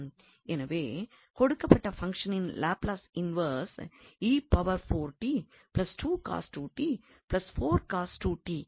எனவே கொடுக்கப்பட்ட பங்ஷனின் லாப்லஸ் இன்வெர்ஸ் இதுவே ஆகும்